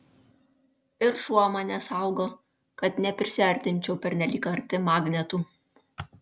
ir šuo mane saugo kad neprisiartinčiau pernelyg arti magnetų